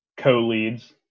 co-leads